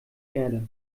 erde